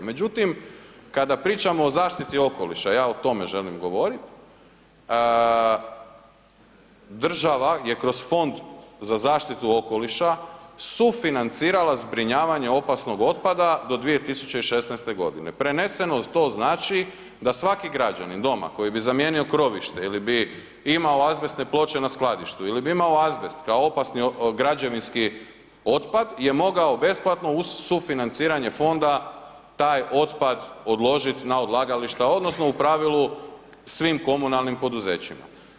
Međutim, kada pričamo o zaštiti okoliša, a ja o tome želim govoriti, država je kroz Fond za zaštitu okoliša sufinancirala zbrinjavanje opasnog otpada do 2016. godine, preneseno to znači da svaki građanin doma koji bi zamijenio krovište ili bi imao azbestne ploče na skladištu ili bi imao azbest kao opasni građevinski otpad je mogao besplatno uz sufinanciranje fonda taj otpad odložiti na odlagališta odnosno u pravilu svim komunalnim poduzećima.